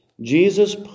Jesus